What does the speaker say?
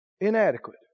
inadequate